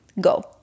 go